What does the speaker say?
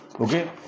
okay